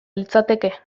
litzateke